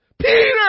Peter